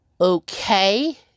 Okay